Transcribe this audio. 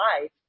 life